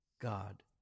God